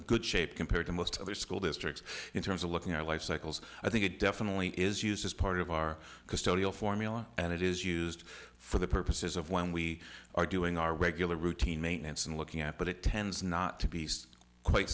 good shape compared to most other school districts in terms of looking at life cycles i think it definitely is used as part of our custodial formula and it is used for the purposes of when we are doing our regular routine maintenance and looking at but it tends not to be quite